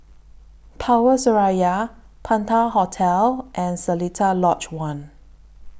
Power Seraya Penta Hotel and Seletar Lodge one